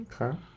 okay